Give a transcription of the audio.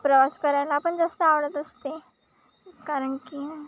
प्रवास करायला पण जास्त आवडत असते कारण की